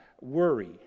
worry